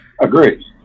Agreed